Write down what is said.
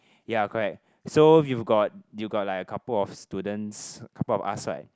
ya correct so we've got you got like a couple of students couple of us like